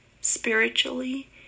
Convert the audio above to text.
spiritually